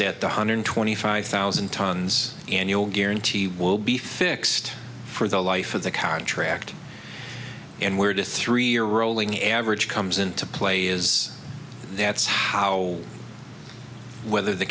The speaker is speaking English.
that the hundred twenty five thousand tons annual guarantee will be fixed for the life of the contract and where to three are rolling average comes into play is that's how whether the